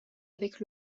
avec